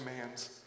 commands